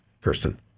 Kirsten